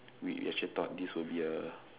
we actually thought that this will be a